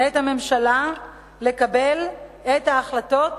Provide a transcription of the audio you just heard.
את הממשלה לקבל את ההחלטות